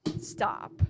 Stop